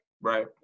Right